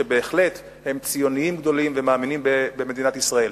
שבהחלט הם ציונים גדולים ומאמינים במדינת ישראל.